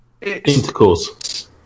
intercourse